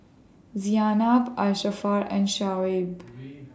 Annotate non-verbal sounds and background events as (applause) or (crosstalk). (unintelligible) Asharaff and Shoaib